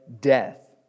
death